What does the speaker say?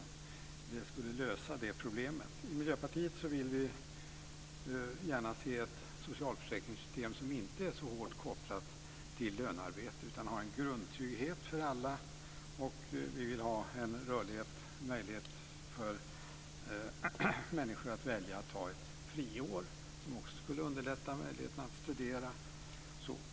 Det skulle lösa det problemet. I Miljöpartiet vill vi gärna se ett socialförsäkringssystem som inte är så hårt kopplat till lönearbete, utan har en grundtrygghet för alla. Vi vill ha en möjlighet för människor att välja att ta ett friår, som också skulle underlätta möjligheten att studera.